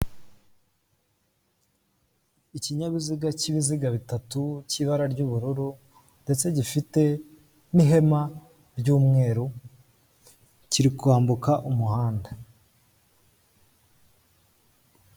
Ikinyabiziga cy'ibiziga bitatu cy'ibara ry'ubururu ndetse gifite n'ihema ry'umweru, kiri kwambuka umuhanda.